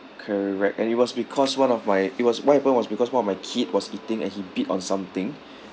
correct and it was because one of my it was what happened was because one of my kid was eating and he bit on something